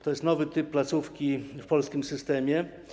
To jest nowy typ placówki w polskim systemie.